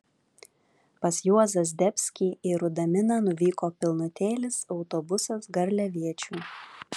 pas juozą zdebskį į rudaminą nuvyko pilnutėlis autobusas garliaviečių